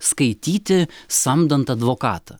skaityti samdant advokatą